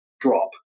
drop